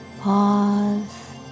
Pause